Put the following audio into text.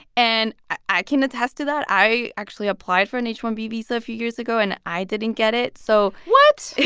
and i can attest to that. i actually applied for an h one b visa a few years ago, and i didn't get it. so. what?